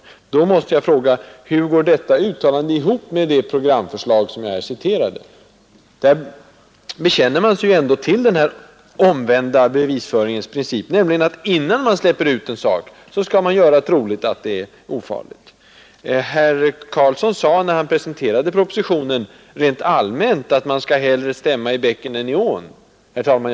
Hur går detta uttalande ihop med det programförslag som jag här citerade? Där bekänner man sig till den omvända bevisföringens princip, nämligen att man, innan man släpper ut ett ämne, skall göra troligt att det är ofarligt. Herr Karlsson i Huskvarna sade rent allmänt, när han presenterade propositionen, att man hellre skall stämma i bäcken än i ån.